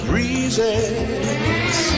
Breezes